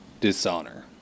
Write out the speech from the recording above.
Dishonor